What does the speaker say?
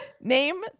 Name